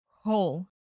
whole